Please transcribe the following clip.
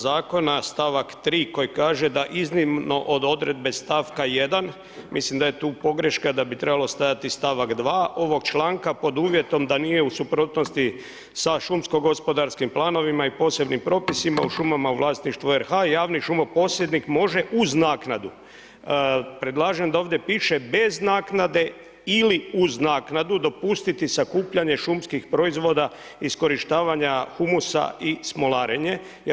Zakona, stavak 3. koji kaže da iznimno od odredbe stavka 1., mislim da je tu pogreška, da bi trebalo stajati stavak 2. ovoga članka pod uvjetom da nije u suprotnosti sa šumsko-gospodarskim planovima i posebnim propisima u šumama u vlasništvu RH, javni šumoposjednik može uz naknadu, predlažem da ovdje piše bez naknade ili uz naknadu, dopustiti sakupljanje šumskih proizvoda iskorištavanja humusa i smolarenje.